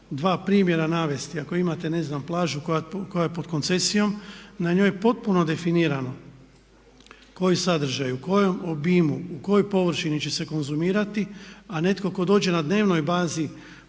dva primjera navesti, ako imate ne znam plažu koja je pod koncesijom na njoj je potpuno definirano koji sadržaj, u kojem obimu, u kojoj površini će se konzumirati a netko tko dođe na dnevnoj bazi prodavati